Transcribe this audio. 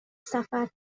سفر